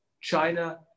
China